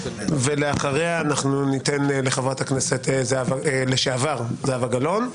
ואחריה חברת הכנסת לשעבר זהבה גלון,